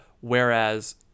whereas